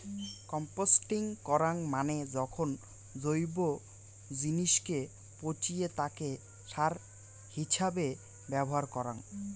composting করাঙ মানে যখন জৈব জিনিসকে পচিয়ে তাকে সার হিছাবে ব্যবহার করঙ